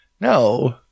No